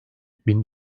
bin